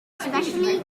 specially